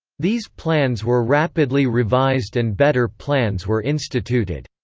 these plans were rapidly revised and better plans were instituted.